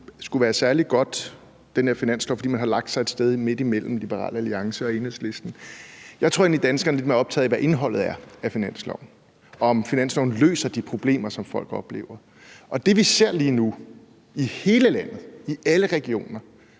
skulle være særlig god, fordi man har lagt sig et sted midt imellem Liberal Alliance og Enhedslisten. Jeg tror egentlig, at danskerne er lidt mere optaget af, hvad indholdet er i finansloven, og om finansloven løser de problemer, som folk oplever. Det, vi ser lige nu i hele landet, i alle regioner,